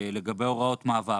לגבי הוראות מעבר.